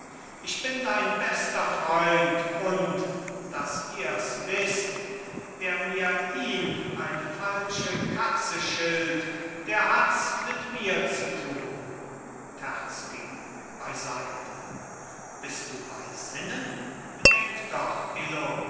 ich bin dein bester freund und daß ihrs wißt wer mir ihn eine falsche katze schilt der hats mit mir zu tun terzky beiseite bist du bei sinnen bedenk doch illo